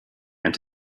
and